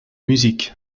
musique